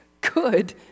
good